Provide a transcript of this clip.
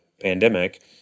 pandemic